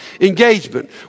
engagement